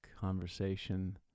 conversation